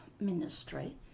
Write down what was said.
Ministry